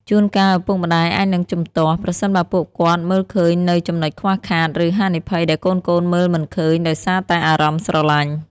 ជួនកាលឪពុកម្ដាយអាចនឹងជំទាស់ ប្រសិនបើពួកគាត់មើលឃើញនូវចំណុចខ្វះខាត ឬហានិភ័យដែលកូនៗមើលមិនឃើញដោយសារតែអារម្មណ៍ស្រឡាញ់។